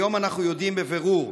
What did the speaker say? היום אנחנו יודעים בבירור,